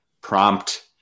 prompt